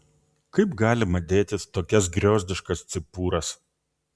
kaip galima dėtis tokias griozdiškas cipūras